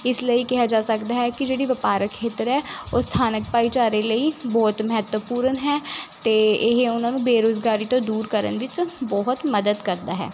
ਇਸ ਲਈ ਕਿਹਾ ਜਾ ਸਕਦਾ ਹੈ ਕਿ ਜਿਹੜੀ ਵਪਾਰਕ ਖੇਤਰ ਹੈ ਉਹ ਸਥਾਨਕ ਭਾਈਚਾਰੇ ਲਈ ਬਹੁਤ ਮਹੱਤਵਪੂਰਨ ਹੈ ਤੇ ਇਹ ਉਹਨਾਂ ਨੂੰ ਬੇਰੁਜ਼ਗਾਰੀ ਤੋਂ ਦੂਰ ਕਰਨ ਵਿੱਚ ਬਹੁਤ ਮਦਦ ਕਰਦਾ ਹੈ